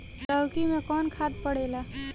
लौकी में कौन खाद पड़ेला?